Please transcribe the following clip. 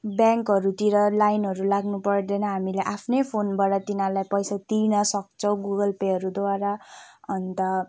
ब्याङ्कहरूतिर लाइनहरू लाग्नुपर्दैन हामीले आफ्नै फोनबाट तिनीहरूलाई पैसा दिनसक्छौँ गुगल पेहरूद्वारा अन्त